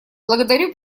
благодарю